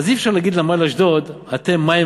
אז אי-אפשר להגיד לנמל אשדוד: אתם מים